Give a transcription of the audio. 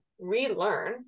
relearn